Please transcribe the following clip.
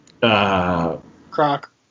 Croc